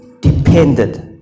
depended